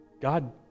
God